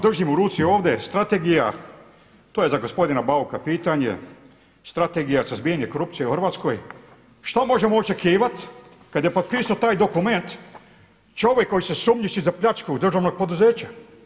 Držim u ruci ovdje strategija to je za gospodina Bauka pitanje, Strategija suzbijanje korupcije u Hrvatskoj. šta možemo očekivati kada je potpisao taj dokument čovjek koji se sumnjiči za pljačku državnog poduzeća?